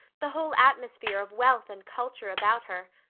the whole atmosphere of wealth and culture about her.